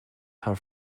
her